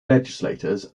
legislators